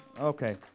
Okay